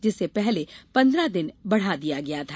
जिससे पहले पंद्रह दिन बढ़ा दिया गया था